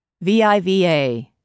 VIVA